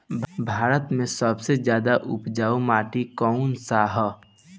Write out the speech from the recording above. भारत मे सबसे ज्यादा उपजाऊ माटी कउन सा ह?